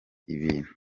ibintu